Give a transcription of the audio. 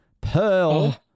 Pearl